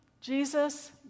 Jesus